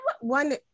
one